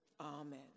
Amen